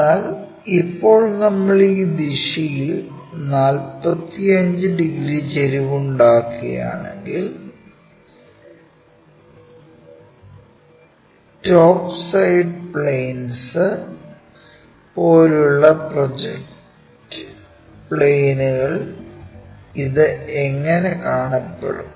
എന്നാൽ ഇപ്പോൾ നമ്മൾ ഈ ദിശയിൽ 45 ഡിഗ്രി ചെരിവ് ഉണ്ടാക്കുകയാണെങ്കിൽ ടോപ്പ് സൈഡ് പ്ലെയിൻസ് പോലുള്ള പ്രൊജക്റ്റ് പ്ലെയിനുകളിൽ ഇത് എങ്ങനെ കാണപ്പെടും